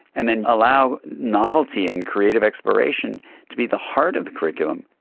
and then allow novelty and creative exploration to be the heart of the curriculum.